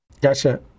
Gotcha